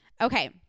Okay